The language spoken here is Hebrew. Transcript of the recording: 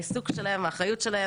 העיסוק שלהם והאחריות,